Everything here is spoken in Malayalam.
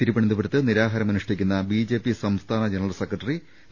തിരുവനന്തപുരത്ത് നിരാഹാരമനുഷ്ഠിക്കുന്ന ബി ജെ പി സംസ്ഥാന ജനറൽ സെക്രട്ടറി എ